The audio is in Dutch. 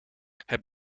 het